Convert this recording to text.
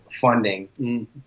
funding